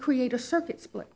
create a circuit split